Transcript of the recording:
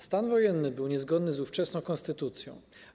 Stan wojenny był niezgodny z ówczesną konstytucją.